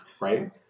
right